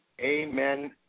amen